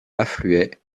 affluait